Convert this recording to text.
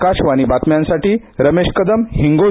आकाशवाणी बातम्यांसाठी रमेश कदम हिंगोली